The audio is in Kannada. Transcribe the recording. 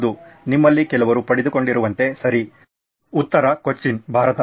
ಹೌದು ನಿಮ್ಮಲ್ಲಿ ಕೆಲವರು ಪಡೆದುಕೊಂಡಿರುವಂತೆ ಸರಿ ಉತ್ತರ ಕೊಚ್ಚಿನ್ ಭಾರತ